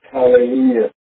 Hallelujah